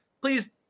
please